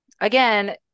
again